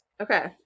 okay